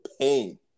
pain